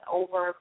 over